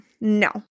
no